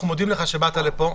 אנחנו מודים לך שבאת לפה,